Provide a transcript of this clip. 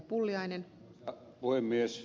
tuttu juttu